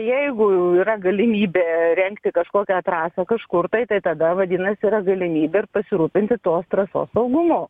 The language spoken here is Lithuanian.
jeigu yra galimybė rengti kažkokią trasą kažkur tai tai tada vadinasi yra galimybė ir pasirūpinti tos trasos saugumu